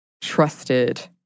trusted